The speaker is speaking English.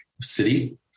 city